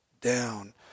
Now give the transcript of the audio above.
down